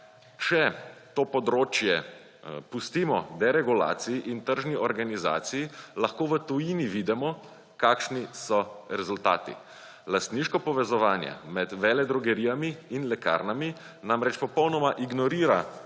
Če to področje pustimo deregulaciji in tržni organizaciji, lahko v tujini vidimo, kakšni so rezultati. Lastniško povezovanje med veledrogerijami in lekarnami namreč popolnoma ignorira